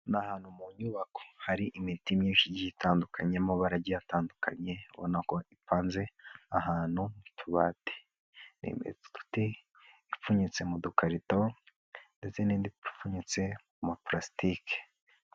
Ni ahantu mu nyubako hari imiti myinshi igiye itandukanye, y'amabara agiye atandukanye ubona ko ipanze ahantu mu tubati. Ni imiti ipfunyitse mu dukarito ndetse n'indi ipfunyitse mu iparasitike.